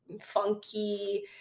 funky